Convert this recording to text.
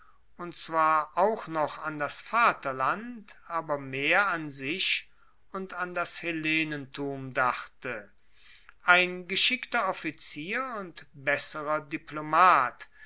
und zwar auch noch an das vaterland aber mehr an sich und an das hellenentum dachte ein geschickter offizier und besserer diplomat